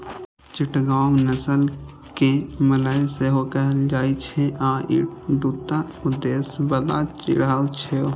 चिटगांव नस्ल कें मलय सेहो कहल जाइ छै आ ई दूटा उद्देश्य बला चिड़ै छियै